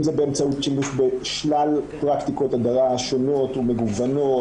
אם זה באמצעות שימוש בשלל פרקטיקות הדרה שונות ומגוונות,